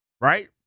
right